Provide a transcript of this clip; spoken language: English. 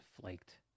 flaked